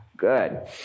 Good